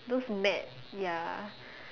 those mat ya